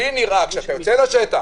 לי נראה שכשאתה יוצא לשטח,